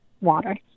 Water